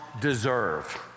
deserve